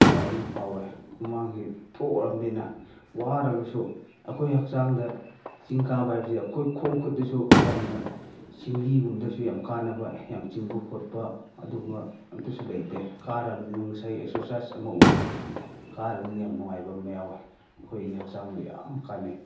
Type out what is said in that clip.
ꯅꯨꯡꯉꯥꯏꯕ ꯑꯃ ꯐꯥꯎꯋꯦ ꯍꯨꯃꯥꯡꯁꯦ ꯊꯣꯛꯑꯕꯅꯤꯅ ꯋꯥꯔꯒꯁꯨ ꯑꯩꯈꯣꯏ ꯍꯛꯆꯥꯡꯗ ꯆꯤꯡ ꯀꯥꯕ ꯍꯥꯏꯁꯤꯗꯤ ꯑꯩꯈꯣꯏ ꯈꯣꯡ ꯈꯨꯠꯇꯁꯨ ꯌꯥꯝꯅ ꯁꯤꯡꯂꯤꯒꯨꯝꯕꯗꯁꯨ ꯌꯥꯝ ꯀꯥꯟꯅꯕ ꯌꯥꯡ ꯆꯤꯡꯕ ꯈꯣꯠꯄ ꯑꯗꯨꯒꯨꯝꯕ ꯑꯝꯇꯁꯨ ꯂꯩꯇꯦ ꯀꯥꯔꯕꯅꯤꯅ ꯉꯁꯥꯏ ꯑꯦꯛꯁꯔꯁꯥꯏꯁ ꯑꯃ ꯑꯣꯏꯅ ꯀꯥꯔꯕꯅꯤꯅ ꯌꯥꯝ ꯅꯨꯡꯉꯥꯏꯕ ꯑꯃ ꯌꯥꯎꯋꯦ ꯑꯩꯈꯣꯏꯒꯤ ꯍꯛꯆꯥꯡꯗ ꯌꯥꯝ ꯀꯥꯟꯅꯩ